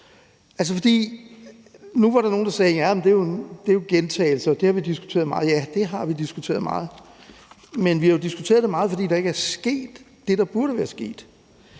Nu var der nogle, der sagde, at det er gentagelser, og at vi har diskuteret det meget. Ja, det har vi diskuteret meget, men vi har jo diskuteret det meget, fordi der ikke skete det, der burde være sket.